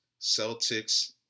Celtics